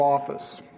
Office